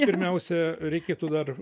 pirmiausia reikėtų dar